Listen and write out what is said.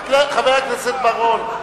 חבר הכנסת בר-און,